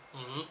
mmhmm